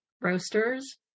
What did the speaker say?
roasters